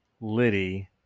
Liddy